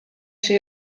się